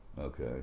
Okay